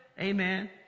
amen